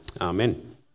Amen